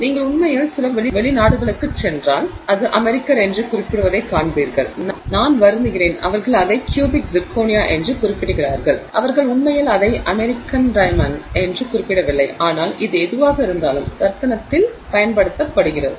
நீங்கள் உண்மையில் சில வெளிநாட்டு நாடுகளுக்குச் சென்றால் அது அமெரிக்கர் என்று குறிப்பிடப்படுவதைக் காண்பீர்கள் நான் வருந்துகிறேன் அவர்கள் அதை க்யூபிக் சிர்கோனியா என்று குறிப்பிடுகிறார்கள் அவர்கள் உண்மையில் அதை அமெரிக்கன் டைமென்ட் என்று குறிப்பிடவில்லை ஆனால் இது எதுவாக இருந்தாலும் ரத்தினத்தில் பயன்படுத்தப்படுகிறது